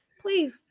please